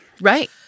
right